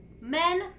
Men